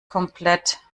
komplett